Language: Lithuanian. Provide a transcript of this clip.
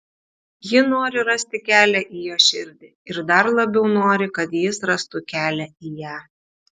ji nori rasti kelią į jo širdį ir dar labiau nori kad jis rastų kelią į ją